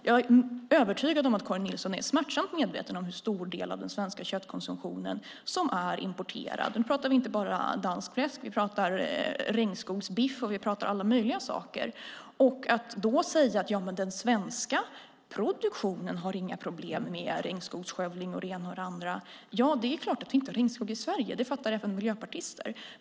Jag är övertygad om att Karin Nilsson är smärtsamt medveten om hur stor del av det svenska kött som konsumeras som är importerad. Vi pratar nu inte bara om danskt fläsk utan om regnskogsbiff och alla möjliga saker. Att då säga att den svenska produktionen inte har några problem med skogsskövling och det ena och det andra. Ja, det är klart att vi inte har regnskog i Sverige - det fattar även miljöpartister.